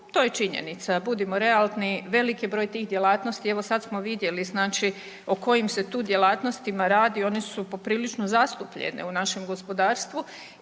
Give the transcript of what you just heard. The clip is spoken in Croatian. to je činjenica budimo realni. Veliki je broj tih djelatnosti evo sad smo vidjeli znači o kojim se tu djelatnostima radi, one su poprilično zastupljene u našem gospodarstvu